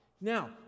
Now